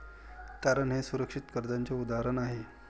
तारण हे सुरक्षित कर्जाचे उदाहरण आहे